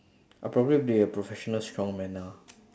I'll probably be a professional strongman ah